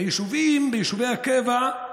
ביישובים, ביישובי הקבע,